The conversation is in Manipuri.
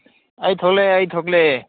ꯑꯩ ꯊꯣꯛꯂꯛꯑꯦ ꯑꯩ ꯊꯣꯛꯂꯛꯑꯦ